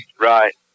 Right